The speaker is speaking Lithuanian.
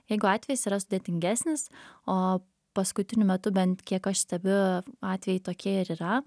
jeigu atvejis yra sudėtingesnis o paskutiniu metu bent kiek aš stebiu atvejai tokie ir yra